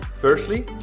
Firstly